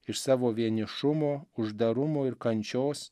iš savo vienišumo uždarumo ir kančios